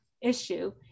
issue